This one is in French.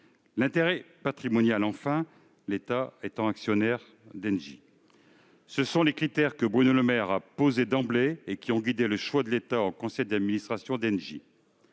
l'intérêt patrimonial de l'État, actionnaire d'Engie. Tels sont les critères que Bruno Le Maire a posés d'emblée et qui ont guidé le choix de l'État au conseil d'administration d'Engie.